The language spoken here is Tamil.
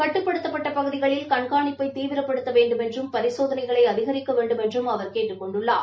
கட்டுப்படுத்தப்பட்ட பகுதிகளில் கண்காணிப்பை தீவிரப்படுத்தப் வேண்டுமென்றும் பரிசோதகைளை அதிகரிக்க வேண்டுமென்றும் அவர் கேட்டுக் கொண்டுள்ளார்